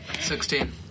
Sixteen